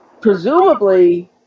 presumably